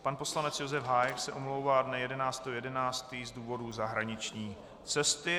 Pan poslanec Josef Hájek se omlouvá dne 11. 11. z důvodů zahraniční cesty.